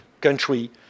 country